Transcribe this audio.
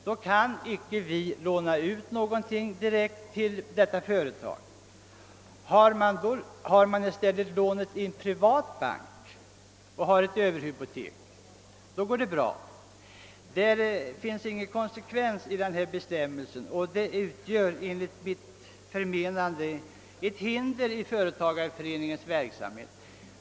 Då kan vi inte låna ut något direkt till det företaget. Men om företaget i stället har sitt lån i en privat bank och samma överhypotek går det bra. Det är sålunda ingen konsekvens i denna bestämmelse, och den utgör enligt min mening ett hinder i företagareföreningens verksamhet.